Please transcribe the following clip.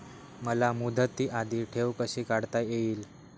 मला मुदती आधी ठेव कशी काढता येईल?